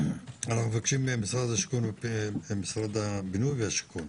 אנחנו מבקשים ממשרד הבינוי והשיכון